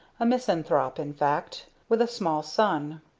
a misanthrope in fact, with a small son.